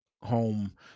home